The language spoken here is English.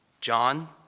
John